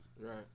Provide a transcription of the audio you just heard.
Right